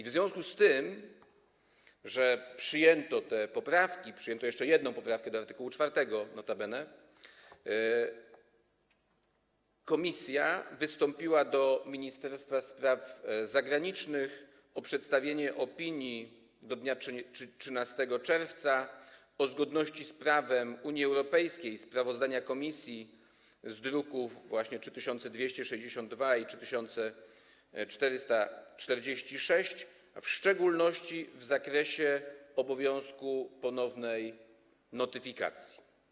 W związku z tym, że przyjęto te poprawki - notabene przyjęto jeszcze jedną poprawkę do art. 4 - komisja wystąpiła do Ministerstwa Spraw Zagranicznych o przedstawienie do dnia 13 czerwca opinii o zgodności z prawem Unii Europejskiej sprawozdania komisji z druków nr 3262 i 3446, a w szczególności w zakresie obowiązku ponownej notyfikacji.